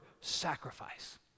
sacrifice